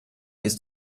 ist